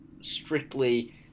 strictly